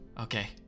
Okay